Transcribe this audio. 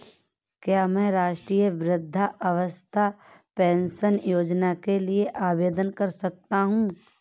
क्या मैं राष्ट्रीय वृद्धावस्था पेंशन योजना के लिए आवेदन कर सकता हूँ?